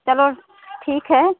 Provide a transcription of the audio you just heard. चलो ठीक है